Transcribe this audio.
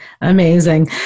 Amazing